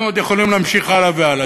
אנחנו עוד יכולים להמשיך הלאה והלאה.